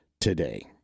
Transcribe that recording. today